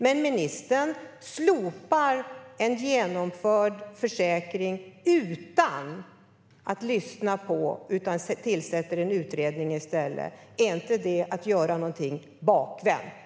Men ministern slopar en genomförd försäkring utan att lyssna och tillsätter i stället en utredning. Är inte det att göra någonting bakvänt?